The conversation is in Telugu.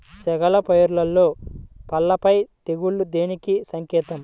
చేగల పైరులో పల్లాపై తెగులు దేనికి సంకేతం?